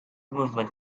movement